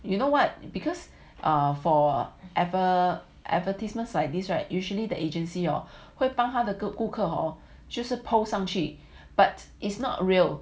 you know what because err for adver~ advertisements like this right usually the agency or 会帮他的顾客 hor 就是 post 上去 but it's not real